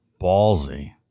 Ballsy